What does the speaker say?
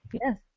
Yes